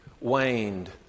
waned